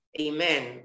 Amen